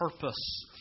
purpose